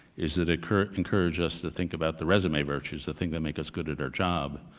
is that it encouraged us to think about the resume virtues, the thing that make us good at our job,